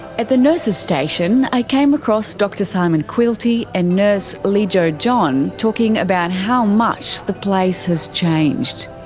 at the nurses station i came across dr simon quilty and nurse lejo john talking about how much the place has changed.